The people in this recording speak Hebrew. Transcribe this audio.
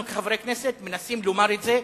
אנחנו כחברי כנסת מנסים לומר את זה,